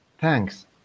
thanks